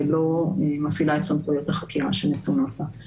ולא מפעילה את סמכויות החקירה שניתנות לה.